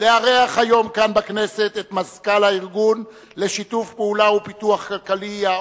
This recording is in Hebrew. לארח היום כאן בכנסת את מזכ"ל הארגון לשיתוף פעולה כלכלי ולפיתוח,